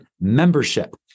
membership